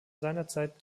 seinerzeit